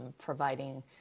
providing